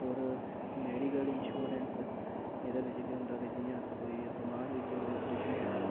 और medical insurance एह्दे बिच केह् होंदा के जि'यां अस कोई बमार होई दे कोई अपरेशन ऐ तां